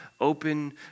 open